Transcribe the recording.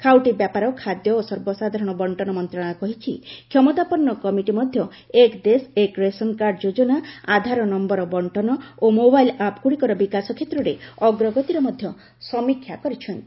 ଖାଉଟି ବ୍ୟାପାର ଖାଦ୍ୟ ଓ ସର୍ବସାଧାରଣ ବର୍ଷନ ମନ୍ତ୍ରଣାଳୟ କହିଛି କ୍ଷମତାପନ୍ନ କମିଟି ମଧ୍ୟ 'ଏକ୍ ଦେଶ ଏକ୍ ରେସନ କାର୍ଡ' ଯୋଜନା ଆଧାର ନମ୍ଘର ବର୍ଷନ ଓ ମୋବାଇଲ୍ ଆପ୍ଗୁଡ଼ିକର ବିକାଶ କ୍ଷେତ୍ରରେ ଅଗ୍ରଗତିର ମଧ୍ୟ ସମୀକ୍ଷା କରିଛନ୍ତି